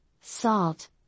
salt